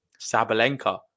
Sabalenka